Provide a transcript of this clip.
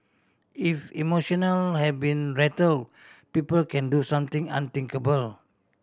if emotional have been rattle people can do something unthinkable